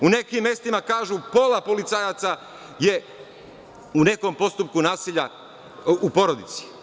U nekim mestima kažu, pola policajaca je u nekom postupku nasilja u porodici.